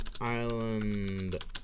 Island